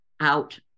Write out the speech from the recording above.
out